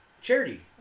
charity